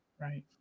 Right